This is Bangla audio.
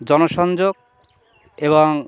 জনসংযোগ এবং